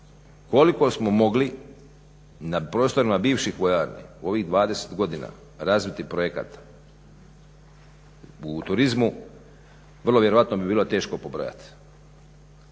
Koliko smo mogli na prostorima bivših vojarni u ovih 20 godina razviti projekata u turizmu, vrlo vjerojatno bi bilo teško pobrojati.